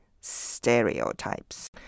stereotypes